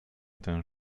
ten